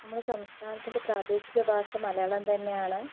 നമ്മുടെ സംസ്ഥാനത്തിൻ്റെ പ്രാദേശിക ഭാഷ മലയാളം തന്നെയാണ്